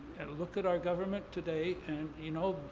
and look at our government today, and, you know,